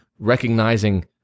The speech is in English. recognizing